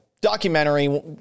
documentary